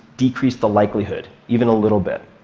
decrease the likelihood even a little bit?